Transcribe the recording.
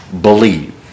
Believe